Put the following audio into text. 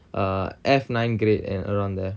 uh F nine grade and around there